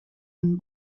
den